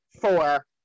four